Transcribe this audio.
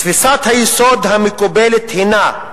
"תפיסת היסוד המקובלת הינה,